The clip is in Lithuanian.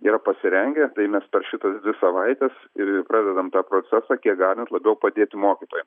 yra pasirengę tai mes per šitas dvi savaites ir ir pradedam tą procesą kiek galint labiau padėti mokytojam